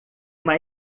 uma